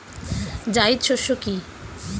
জায়িদ শস্য কি?